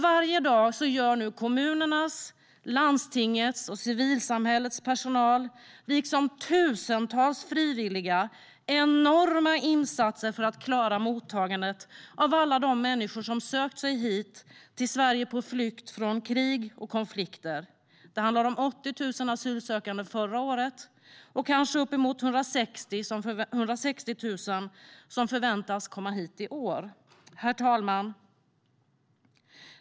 Varje dag gör nu kommunernas, landstingens och civilsamhällets personal liksom tusentals frivilliga enorma insatser för att klara mottagandet av alla de människor som har sökt sig hit till Sverige på flykt från krig och konflikter. Det handlar om 80 000 asylsökande förra året och kanske uppemot 160 000 som förväntas komma hit i år. Herr talman!